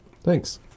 Thanks